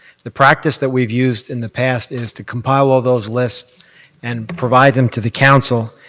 the practice that we've used in the past is to compile all those lists and provide them to the council.